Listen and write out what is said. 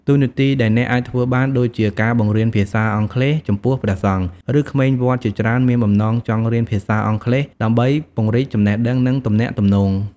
តួនាទីដែលអាចធ្វើបានដូចជាការបង្រៀនភាសាអង់គ្លេស ចំពោះព្រះសង្ឃ ឬក្មេងវត្តជាច្រើនមានបំណងចង់រៀនភាសាអង់គ្លេសដើម្បីពង្រីកចំណេះដឹង និងទំនាក់ទំនង។